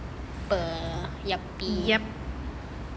yup